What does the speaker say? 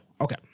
Okay